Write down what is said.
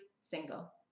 single